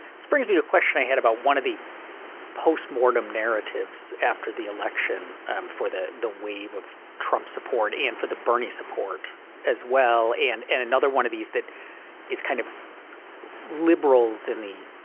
this brings me to the question i had about one of the post-mortem narratives after the election um for the the wave of trump support and for the bernie support as well and and another one of these that is kind of liberals in the